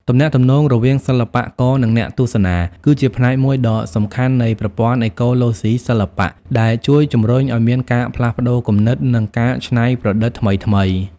ទំនាក់ទំនងរវាងសិល្បករ និងអ្នកទស្សនា គឺជាផ្នែកមួយដ៏សំខាន់នៃប្រព័ន្ធអេកូឡូស៊ីសិល្បៈ ដែលជួយជំរុញឲ្យមានការផ្លាស់ប្តូរគំនិត និងការច្នៃប្រឌិតថ្មីៗ។